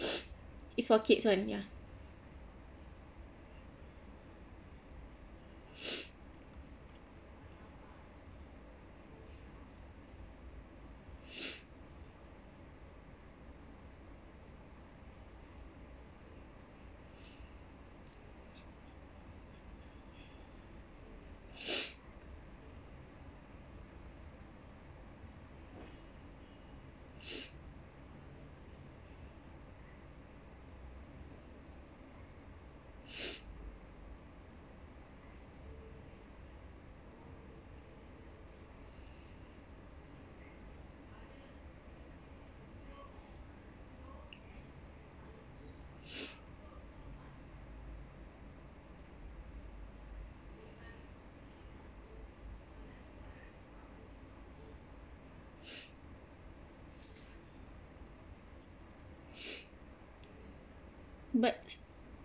it's for kids one ya but